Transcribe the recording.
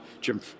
Jim